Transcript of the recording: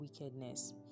wickedness